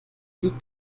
liegt